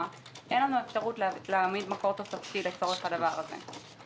אין לנו אפשרות להעמיד מקור תוספתי לצורך הדבר הזה.